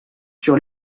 sur